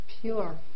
pure